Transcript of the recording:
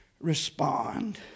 respond